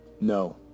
No